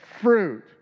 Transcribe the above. fruit